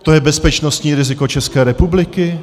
To je bezpečnostní riziko České republiky?